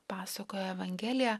pasakoja evangelija